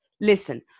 Listen